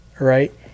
right